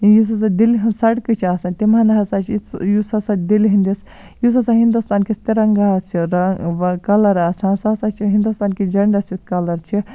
یُس ہسا دِلہِ ہنز سَڑکہٕ چھےٚ آسان تِمن ہسا چھُ یُتھ سُہ یُس ہسا دِلہِ ہِندِس یُس ہسا ہِندُستانکِس تِرنگاہَس چھُ کَلر آسان سُہ سا چھُ ہِندُستانکِس جَنڈَس سُہ کَلر چھُ